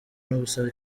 n’ubusa